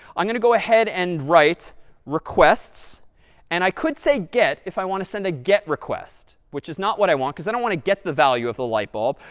i'm going to go ahead and write requests and i could say get if i want to send a get request, which is not what i want, because i don't want to get the value of the light bulb.